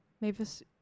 Mavis